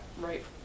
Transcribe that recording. right